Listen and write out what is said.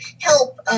help